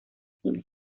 cine